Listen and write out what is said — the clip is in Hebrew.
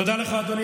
תודה לך, אדוני